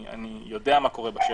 אני יודע מה קורה בשטח.